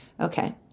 Okay